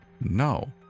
No